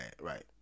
right